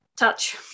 touch